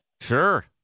Sure